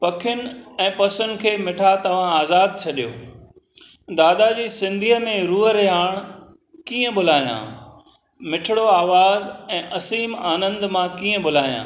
पखियुनि ऐं पसुनि खे मिठा तव्हां आज़ादु छॾियो दादा जी सिंधीअ में रूह रिहाण कीअं भुलायां मिठिड़ो आवाज़ ऐं असीम आनंदु मां कीअं भुलायां